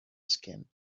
skin